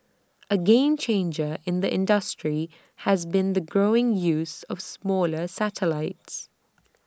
A game changer in the industry has been the growing use of smaller satellites